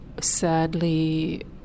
sadly